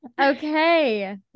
Okay